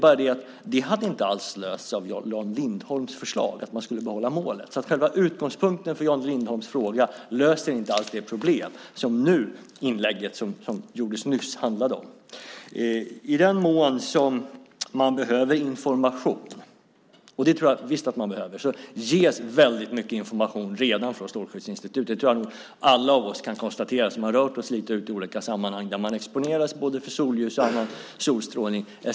Ja, men det hade inte alls lösts genom Jan Lindholms förslag om att behålla målet, så själva utgångspunkten för Jan Lindholms fråga löser inte alls det problem som inlägget nyss handlade om. I den mån man behöver information - och det tror jag visst att man behöver - ges det redan väldigt mycket information från Strålskyddsinstitutet. Det tror jag kan konstateras av alla av oss som rört sig lite grann ute i olika sammanhang där man exponeras för både solljus och annan solstrålning.